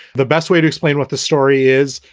the best way to explain what the story is,